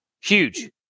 Huge